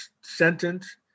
sentence